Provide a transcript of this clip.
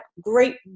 great